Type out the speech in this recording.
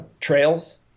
trails